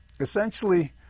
Essentially